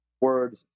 words